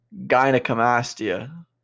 gynecomastia